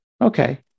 Okay